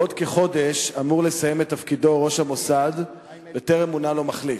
בעוד כחודש אמור לסיים את תפקידו ראש המוסד וטרם מונה לו מחליף.